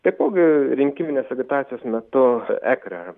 taipogi rinkiminės agitacijos metu ekre ta